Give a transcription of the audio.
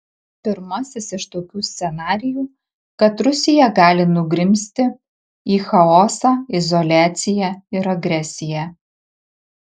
pirmasis iš tokių scenarijų kad rusija gali nugrimzti į chaosą izoliaciją ir agresiją